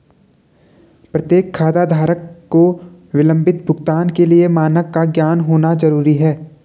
प्रत्येक खाताधारक को विलंबित भुगतान के लिए मानक का ज्ञान होना जरूरी है